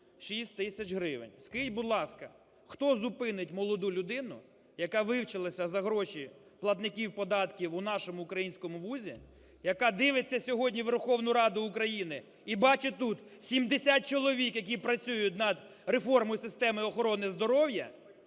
6 тисяч гривень. Скажіть, будь ласка, хто зупинить молоду людину, яка вивчилася за гроші платників податків у нашому українському вузі, яка дивиться сьогодні Верховну Раду України і бачить тут 70 чоловік, які працюють над реформою системи охорони здоров'я.